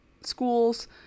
schools